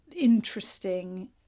interesting